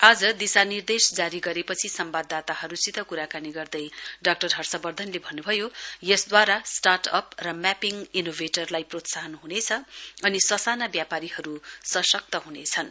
आज दिशानिर्देश जारी गरेपछि सम्वादाताहरुसित क्राकानी गर्दै डाक्टर हर्षवर्धनले भन्नुभयो यसद्वारा स्टार्ट अप म्यापिङ इनोवेटरलाई प्रोत्साहन हुनेछ अनि ससाना व्यापारीहरु सशक्त ह्नेछन्